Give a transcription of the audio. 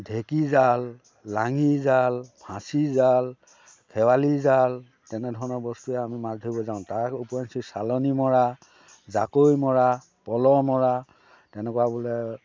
ঢেঁকী জাল লাঙী জাল ফাঁচি জাল শেৱালি জাল তেনেধৰণৰ বস্তুৰে আমি মাছ ধৰিব যাওঁ তাৰ ওপৰিঞ্চি চালনী মৰা জাকৈ মৰা প'ল' মৰা তেনেকুৱা বোলে